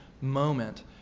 moment